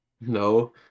no